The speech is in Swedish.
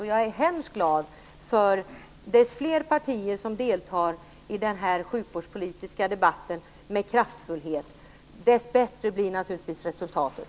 Jag är hemskt glad, för ju fler partier som deltar i denna sjukvårdspolitiska debatt med kraftfullhet, desto bättre blir naturligtvis resultatet.